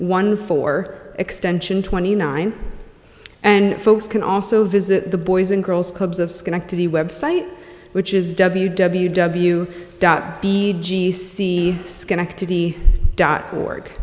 one four extension twenty nine and folks can also visit the boys and girls clubs of schenectady website which is w w w dot